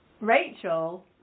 Rachel